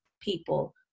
people